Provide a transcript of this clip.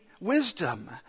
wisdom